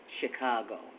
Chicago